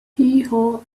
heehaw